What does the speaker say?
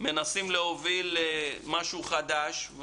מנסים להוביל משהו חדש.